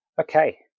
Okay